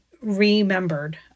remembered